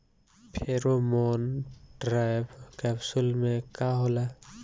Pheromone trap capsule में का होला?